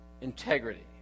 Integrity